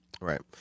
Right